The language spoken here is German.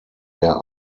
der